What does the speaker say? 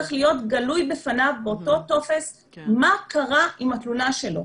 צריך להיות גלוי בפניו באותו טופס מה קרה עם התלונה שלנו,